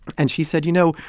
and she said, you know,